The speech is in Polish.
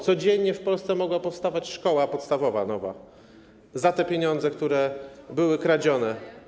Codziennie w Polsce mogła powstawać nowa szkoła podstawowa za te pieniądze, które były kradzione.